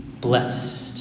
blessed